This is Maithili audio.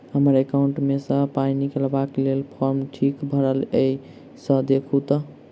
हम्मर एकाउंट मे सऽ पाई निकालबाक लेल फार्म ठीक भरल येई सँ देखू तऽ?